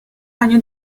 años